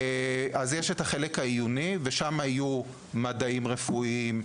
בחלק העיוני ילמדו מדעים רפואיים,